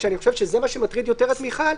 אני חושב שזה מה שמטריד יותר את מיכל,